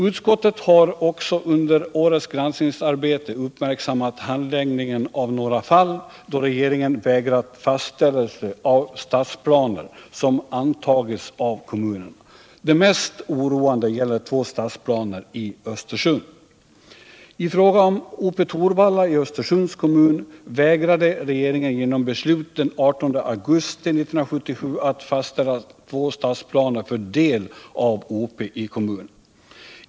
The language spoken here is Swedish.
Utskottet har också under årets granskningsarbete uppmärksammat handläggningen av några fall då regeringen vägrat fastställelse av stadsplaner som antagits av kommunerna. Det mest oroande gäller två stadsplaner i Östersund. I fråga om Ope-Torvalla i Östersunds kommun vägrade regeringen genom beslut den 18 augusti 1977 att fastställa två stadsplaner för del av Ope i kommunen.